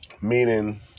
meaning